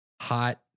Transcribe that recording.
hot